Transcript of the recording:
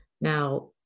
Now